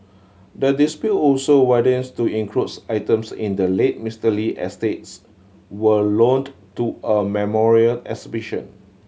the dispute also widens to includes items in the late Mister Lee estates were loaned to a memorial exhibition